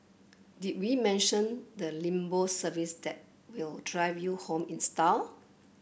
did we mention the limbo service that will drive you home in style